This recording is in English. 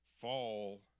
fall